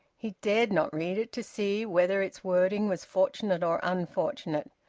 he dared not read it, to see whether its wording was fortunate or unfortunate.